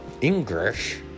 English